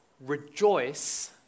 rejoice